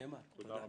תודה.